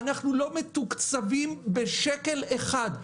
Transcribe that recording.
אנחנו לא מתוקצבים בשקל אחד.